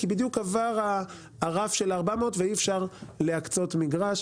כי בדיוק הגיעו לרף של 400 ואי-אפשר להקצות מגרש.